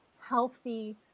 healthy